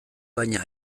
baina